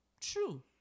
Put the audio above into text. true